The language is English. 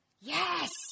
Yes